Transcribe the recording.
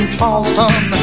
Charleston